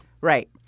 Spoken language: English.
Right